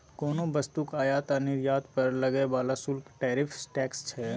कोनो वस्तुक आयात आ निर्यात पर लागय बला शुल्क टैरिफ टैक्स छै